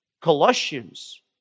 Colossians